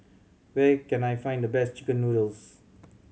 where can I find the best chicken noodles